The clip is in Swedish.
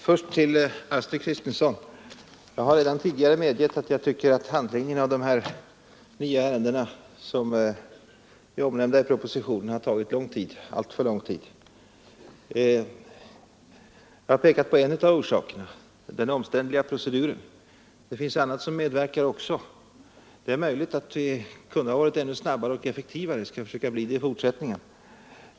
Herr talman! Först några ord till fru Astrid Kristensson. Jag har redan tidigare medgett att jag tycker att behandlingen av de nya ärendena som är omnämnda i propositionen har tagit alltför lång tid. Jag har pekat på en av orsakerna — den omständliga proceduren. Den medverkar också. Det är möjligt att vi kunde ha varit ännu snabbare och effektivare, och vi skall försöka bli det i fortsättningen.